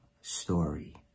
story